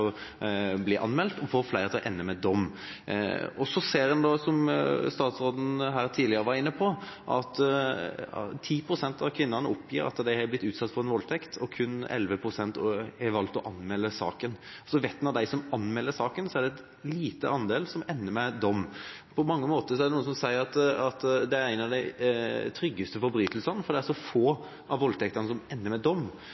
anmeldt og få flere saker til å ende med en dom. Som statsråden her var inne på tidligere: 10 pst. av kvinnene oppgir at de har blitt utsatt for en voldtekt – kun 11 pst. har valgt å anmelde saken. Av de sakene som anmeldes, er det en liten andel som ender med en dom. Noen sier at voldtekt er en av de tryggeste forbrytelsene, fordi så få av dem ender med en dom. Jeg ønsker å utfordre justisministeren på: Hva gjør regjeringa for